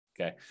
Okay